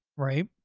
right?